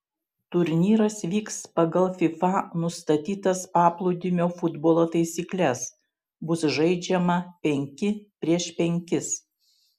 turnyras vyks pagal fifa nustatytas paplūdimio futbolo taisykles bus žaidžiama penki prieš penkis